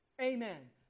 Amen